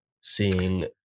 seeing